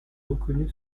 reconnue